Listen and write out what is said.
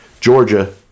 Georgia